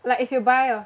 like if you buy a